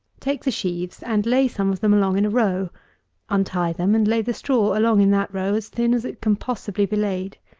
take the sheaves, and lay some of them along in a row untie them, and lay the straw along in that row as thin as it can possibly be laid.